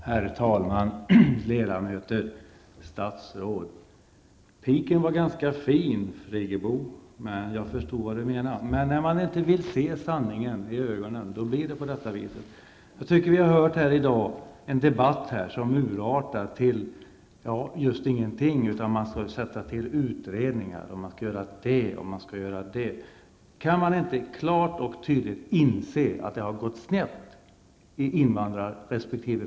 Herr talman, ledamöter, statsråd! Piken var ganska fin, Birgit Friggebo, men jag förstod vad ni menar. När man inte vill se sanningen i ögonen, blir det emellertid på det här sättet. Jag tycker att vi här i dag har hört en debatt som har urartat till just ingenting. Man skall sätta till utredningar, och man skall göra det och det. Kan man inte klart och tydligt inse att det har gått snett i vår invandrarresp.